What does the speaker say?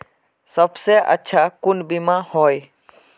सबसे अच्छा कुन बिमा होय?